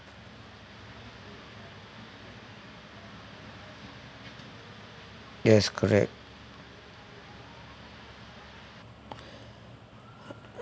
yes correct